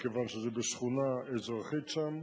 מכיוון שזה בשכונה אזרחית שם.